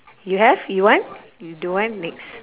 you have you want you don't want next